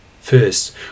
First